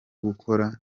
gukora